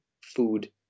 food